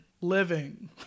living